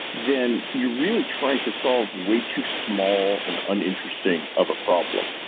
then you're really trying to solve way too small and uninteresting of a problem.